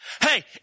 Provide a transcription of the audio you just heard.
Hey